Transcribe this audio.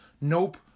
nope